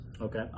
Okay